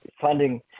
funding